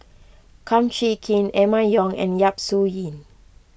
Kum Chee Kin Emma Yong and Yap Su Yin